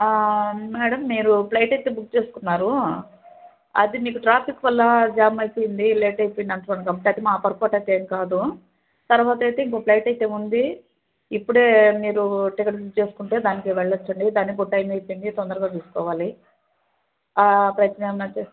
madam మీరు flight అయితే book అది మీకు ట్రాఫిక్ వల్ల జామ్ అయిపోయింది లేట్ అయిపోయిందనుకోండి అది మా పొరపాటు అయితే ఏమి కాదు తరువాత అయితే ఇంకొక ఫ్లయిట్ అయితే ఉంది ఇప్పుడే మీరు టికెట్ బుక్ చేసుకుంటే దానికి వెళ్ళొచ్చండి దానికి కూడా టైం అయిపోయింది తొందరగా చూసుకోవాలి